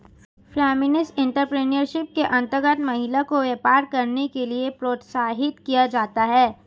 feminist entrepreneurship के अंतर्गत महिला को व्यापार करने के लिए प्रोत्साहित किया जाता है